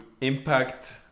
impact